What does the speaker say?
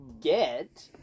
get